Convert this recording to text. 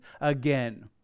again